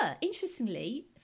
interestingly